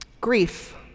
grief